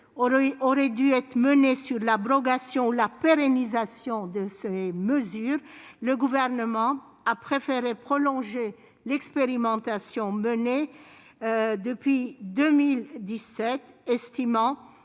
aurait dû être mené sur l'abrogation ou la pérennisation de ces mesures, le Gouvernement a préféré prolonger l'expérimentation conduite depuis 2017, estimant